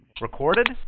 recorded